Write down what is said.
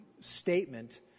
statement